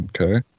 Okay